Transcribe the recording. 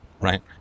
right